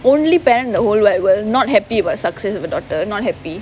only parent in the whole world not happy about success of a daughter not happy